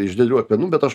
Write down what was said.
iš didelių akmenų bet aš